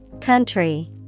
Country